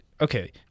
okay